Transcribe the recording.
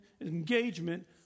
engagement